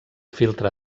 filtre